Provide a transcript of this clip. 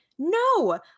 No